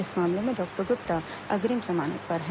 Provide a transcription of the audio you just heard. इस मामले में डॉक्टर गुप्ता अग्रिम जमानत पर हैं